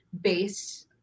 base